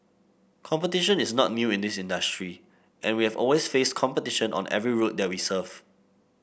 competition is not new in this industry and we have always faced competition on every route that we serve